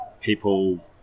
people